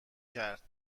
کرد